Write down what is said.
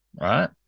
Right